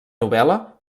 novel·la